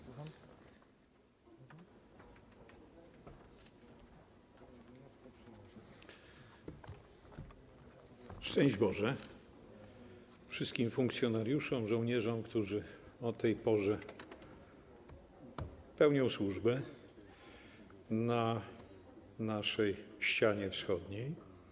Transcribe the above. Szczęść Boże wszystkim funkcjonariuszom, żołnierzom, którzy o tej porze pełnią służbę na naszej ścianie wschodniej!